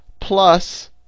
plus